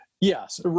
Yes